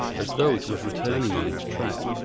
as though it was returning on its track.